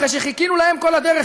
אחרי שחיכינו להם כל הדרך,